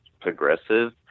progressive